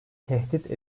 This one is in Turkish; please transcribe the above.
tehdit